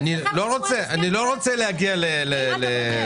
כדי שנוכל להתקדם לאותה העברה תקציבית,